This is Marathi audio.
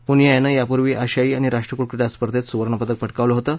पुनीया यानं यापूर्वी आशियाई आणि राष्ट्रकुल क्रीडा स्पर्धेत सुवर्णपदक पटकावलं होतं